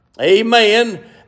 Amen